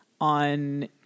on